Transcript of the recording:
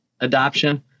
adoption